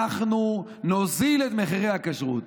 אנחנו נוריד את מחירי הכשרות.